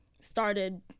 started